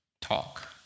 talk